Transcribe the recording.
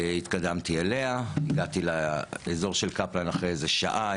התקדמתי אליה, הגעתי לאזור של קפלן אחרי איזה שעה.